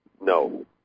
No